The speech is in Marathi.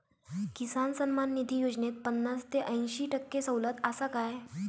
किसान सन्मान निधी योजनेत पन्नास ते अंयशी टक्के सवलत आसा काय?